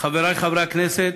חברי חברי הכנסת,